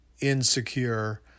insecure